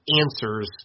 answers